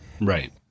right